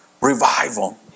revival